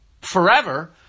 forever